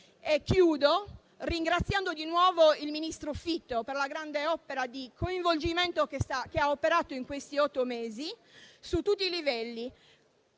ringraziando di nuovo il ministro Fitto per la grande opera di coinvolgimento che ha realizzato in questi otto mesi su tutti i livelli.